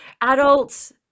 adults